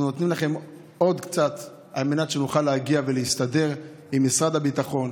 אנחנו נותנים לכם עוד קצת כדי שנוכל להגיע ולהסתדר עם משרד הביטחון.